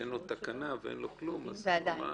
שאין לו תקנה --- ועדיין